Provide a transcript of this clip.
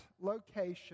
location